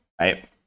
right